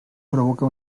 provoca